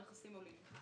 המכסים עולים.